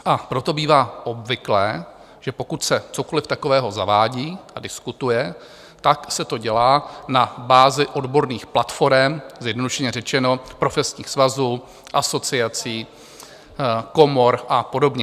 A proto bývá obvyklé, že pokud se cokoli takového zavádí a diskutuje, tak se to dělá na bázi odborných platforem, zjednodušeně řečeno profesních svazů, asociací, komor a podobně.